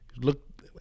look